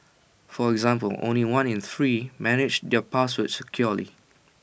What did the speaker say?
for example only one in three manage their passwords securely